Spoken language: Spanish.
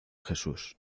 jesús